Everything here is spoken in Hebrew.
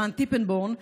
ערן טיפנבורן,